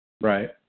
Right